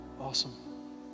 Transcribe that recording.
Awesome